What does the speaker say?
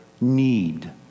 need